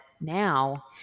now